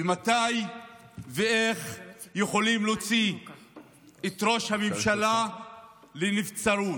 מתי ואיך יכולים להוציא את ראש הממשלה לנבצרות.